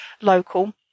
local